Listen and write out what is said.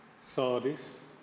Sardis